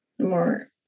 more